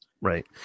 Right